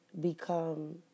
become